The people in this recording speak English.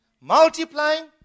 Multiplying